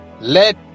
let